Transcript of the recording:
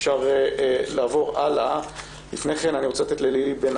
פשר לעבור הלאה ולפני כן אני רוצה לאפשר ללילי בן